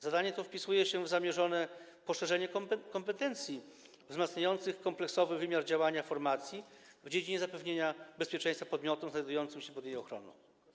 Zadanie to wpisuje się w zamierzone poszerzenie kompetencji wzmacniające kompleksowy wymiar działania formacji w dziedzinie zapewnienia bezpieczeństwa podmiotów znajdujących się pod jej ochroną.